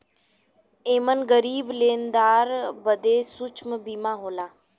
एमन गरीब लेनदार बदे सूक्ष्म बीमा होला